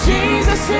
Jesus